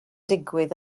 digwydd